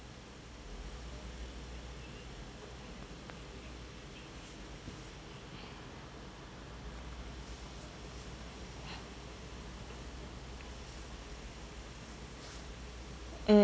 mm